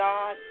God